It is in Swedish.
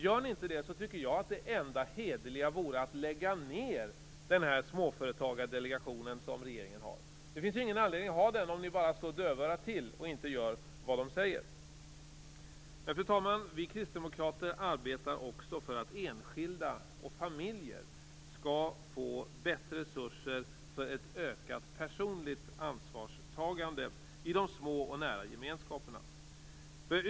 Om ni inte gör det är det enda hederliga alternativet att lägga ned den småföretagardelegation som regeringen har. Det finns ingen anledning att ha den om ni bara slår dövörat till och inte gör vad den säger. Vi kristdemokrater arbetar också för att enskilda och familjer skall få bättre resurser för ett ökat personligt ansvarstagande i de små och nära gemenskaperna.